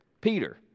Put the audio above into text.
Peter